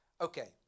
okay